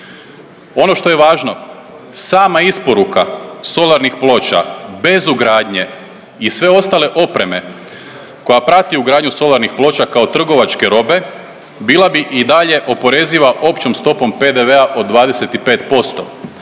Ono što je važno sama isporuka solarnih ploča bez ugradnje i sve ostale opreme koja prati ugradnju solarnih ploča kao trgovačke robe bila bi i dalje oporeziva općom stopom PDV-a od 25%.